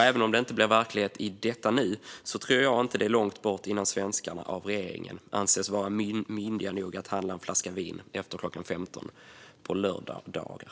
Även om det inte blir verklighet i detta nu tror jag inte att det dröjer länge innan svenskarna av regeringen anses vara myndiga nog att handla en flaska vin efter klockan 15 på lördagar.